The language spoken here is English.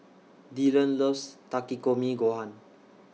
Dillon loves Takikomi Gohan